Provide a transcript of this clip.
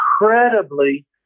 incredibly